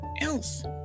else